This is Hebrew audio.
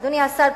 אדוני השר,